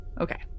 Okay